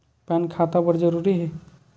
Pan खाता बर जरूरी हे?